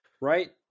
Right